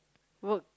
work